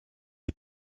les